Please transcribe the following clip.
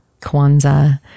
Kwanzaa